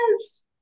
yes